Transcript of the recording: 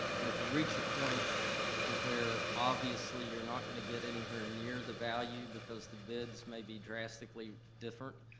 and if you reach a point to where obviously you're not gonna get anywhere near the value because the bids may be drastically different,